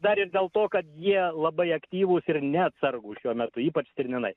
dar ir dėl to kad jie labai aktyvūs ir neatsargūs šiuo metu ypač stirninai